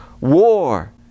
war